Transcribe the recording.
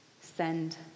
send